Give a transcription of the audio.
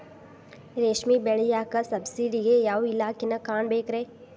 ರೇಷ್ಮಿ ಬೆಳಿಯಾಕ ಸಬ್ಸಿಡಿಗೆ ಯಾವ ಇಲಾಖೆನ ಕಾಣಬೇಕ್ರೇ?